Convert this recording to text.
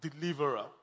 Deliverer